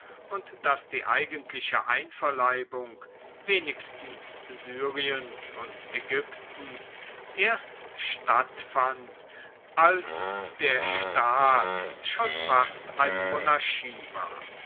und daß die eigentliche einverleibung wenigstens syriens und ägyptens erst stattfand als der staat schon fast eine monarchie war